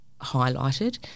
highlighted